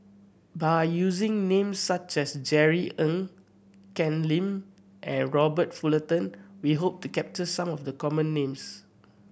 by using names such as Jerry Ng Ken Lim and Robert Fullerton we hope to capture some of the common names